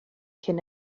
cyn